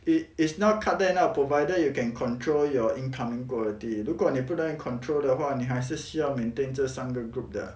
it it's not cut them out provided you can control your incoming quality 如果你不能 control 的话你还是需要 maintain 着三个 group 的